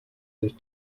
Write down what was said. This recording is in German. sich